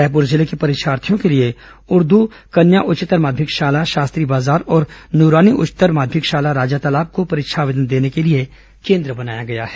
रायपुर जिले के परीक्षार्थियों के लिए उर्दू कन्या उच्चतर माध्यमिक शाला शास्त्री बाजार और नूरानी उच्चतर माध्यमिक शाला राजातालाब को परीक्षा आवेदन देने के लिए केन्द्र बनाया गया है